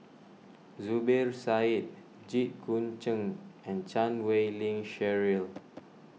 Zubir Said Jit Koon Ch'ng and Chan Wei Ling Cheryl